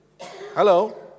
Hello